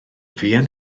fuan